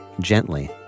gently